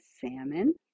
salmon